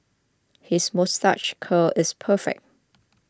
his moustache curl is perfect